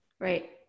Right